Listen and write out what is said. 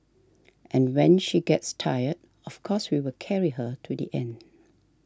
and when she gets tired of course we will carry her to the end